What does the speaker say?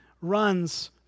runs